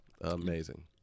Amazing